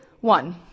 One